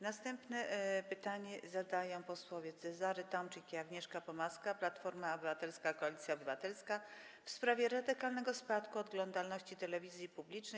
Następne pytanie zadają posłowie Cezary Tomczyk i Agnieszka Pomaska, Platforma Obywatelska - Koalicja Obywatelska, w sprawie radykalnego spadku oglądalności telewizji publicznej.